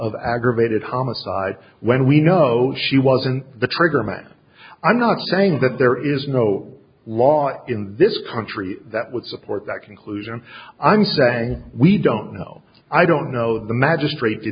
of aggravated homicide when we know she wasn't the trigger man i'm not saying that there is no law in this country that would support that conclusion i'm saying we don't know i don't know